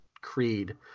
creed